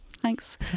thanks